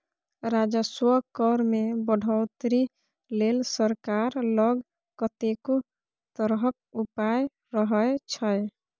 राजस्व कर मे बढ़ौतरी लेल सरकार लग कतेको तरहक उपाय रहय छै